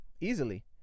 easily